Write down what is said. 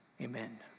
Amen